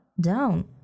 Down